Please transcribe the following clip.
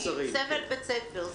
היה על השמלה סמל בית הספר.